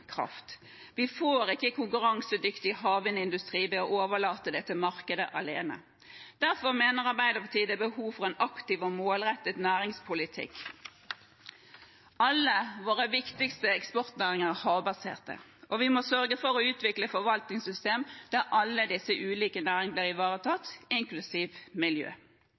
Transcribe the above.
kraft. Vi får ikke en konkurransedyktig havvindindustri ved å overlate det til markedet alene, og derfor mener Arbeiderpartiet det er behov for en aktiv og målrettet næringspolitikk. Alle våre viktigste eksportnæringer er havbaserte, og vi må sørge for å utvikle et forvaltningssystem der alle de ulike næringene blir ivaretatt, inklusiv miljø.